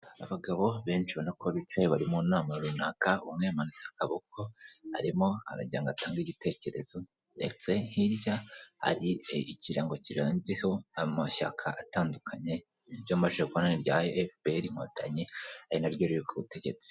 Abagabo benshi ubona ko bicaye bari mu nama runaka, umwe yamananitse akaboko arimo aragira ngo atange igitekerezo ndetse hirya hari ikirango kiranzeho ama shyaka atandukanye, iryo maze kubona nirya FPR inkotanyi ari naryo riri ku butegetsi.